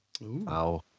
Wow